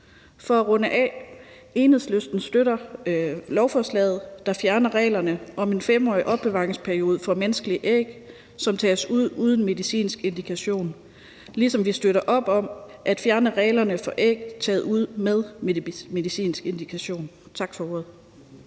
vil jeg sige, at Enhedslisten støtter lovforslaget, der fjerner reglerne om en 5-årig opbevaringsperiode for menneskelige æg, som tages ud uden medicinsk indikation, ligesom vi støttede op om at fjerne 5-årsgrænsen for at få taget æg ud med medicinsk indikation. Tak for ordet.